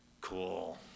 Cool